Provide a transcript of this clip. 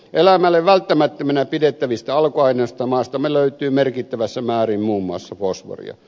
elämälle välttämättöminä pidettävistä alkuaineista maastamme löytyy merkittävässä määrin muun muassa fosforia